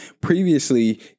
previously